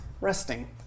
resting